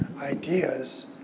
ideas